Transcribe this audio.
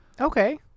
okay